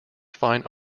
fine